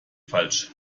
falsch